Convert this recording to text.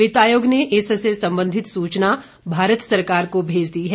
वित्तायोग ने इससे संबंधित सूचना भारत सरकार को भेज दी है